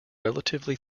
relatively